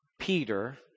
Peter